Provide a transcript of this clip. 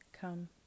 Come